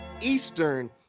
Eastern